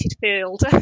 field